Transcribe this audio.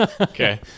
Okay